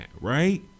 right